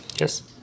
Yes